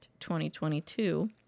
2022